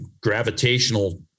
gravitational